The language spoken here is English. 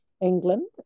England